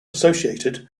associated